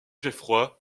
geoffroy